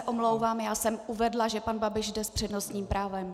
Omlouvám se, já jsem uvedla, že pan Babiš jde s přednostním právem.